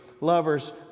Lovers